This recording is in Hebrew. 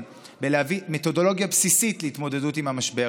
בלהביא מתודולוגיה בסיסית להתמודדות עם המשבר.